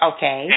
Okay